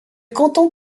canton